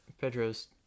Pedro's